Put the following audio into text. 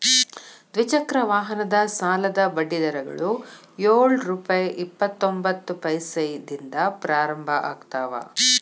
ದ್ವಿಚಕ್ರ ವಾಹನದ ಸಾಲದ ಬಡ್ಡಿ ದರಗಳು ಯೊಳ್ ರುಪೆ ಇಪ್ಪತ್ತರೊಬಂತ್ತ ಪೈಸೆದಿಂದ ಪ್ರಾರಂಭ ಆಗ್ತಾವ